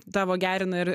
tavo gerina ir